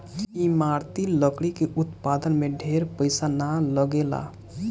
इमारती लकड़ी के उत्पादन में ढेर पईसा ना लगेला